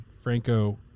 Franco